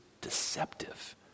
deceptive